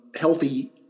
healthy